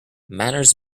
manners